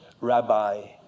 rabbi